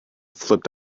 flipped